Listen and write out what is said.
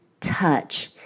touch